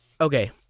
okay